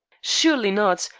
surely not!